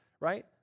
right